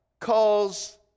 calls